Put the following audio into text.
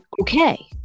okay